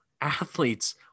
athletes